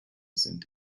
sind